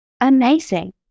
amazing